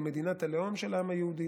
למדינת הלאום של העם היהודי,